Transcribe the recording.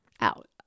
out